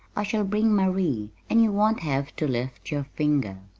i shall bring marie, and you won't have to lift your finger.